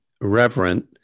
reverent